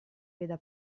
veda